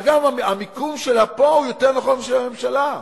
אגב, המיקום שלה פה הוא יותר נכון מאשר של הממשלה.